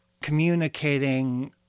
communicating